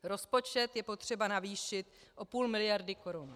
Rozpočet je potřeba navýšit o půl miliardy korun.